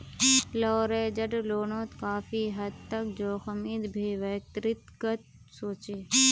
leveraged लोनोत काफी हद तक जोखिम भी व्यक्तिगत होचे